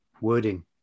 wording